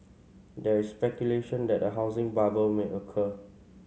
there is speculation that a housing bubble may occur